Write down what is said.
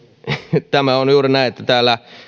tämä on juuri näin että